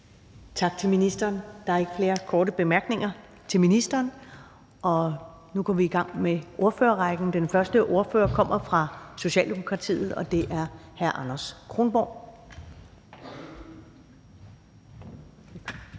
Tak til ministeren. Der er ikke flere korte bemærkninger til ministeren, og nu går vi i gang med ordførerrækken. Den første ordfører kommer fra Socialdemokratiet, og det er hr. Anders Kronborg.